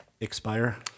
expire